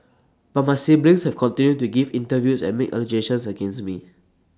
but my siblings have continued to give interviews and make allegations against me